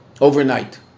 Overnight